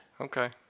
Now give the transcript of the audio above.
Okay